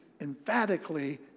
emphatically